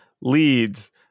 leads